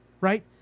right